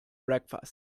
breakfast